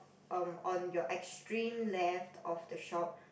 um on your extreme left of the shop